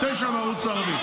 9 והערוץ הערבי.